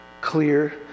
clear